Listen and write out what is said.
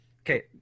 okay